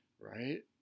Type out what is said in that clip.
Right